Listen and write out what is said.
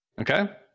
Okay